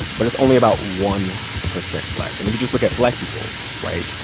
but it's only about one percent black. and if you just look at black people right?